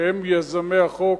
שהם יוזמי החוק.